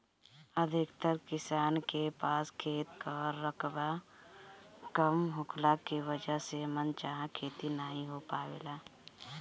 अधिकतर किसान के पास खेत कअ रकबा कम होखला के वजह से मन चाहा खेती नाइ हो पावेला